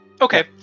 Okay